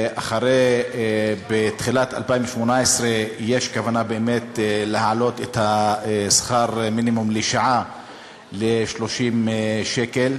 בתחילת 2018 יש כוונה באמת להעלות את שכר המינימום לשעה ל-30 שקל.